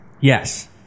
Yes